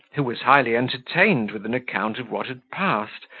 who was highly entertained with an account of what had passed,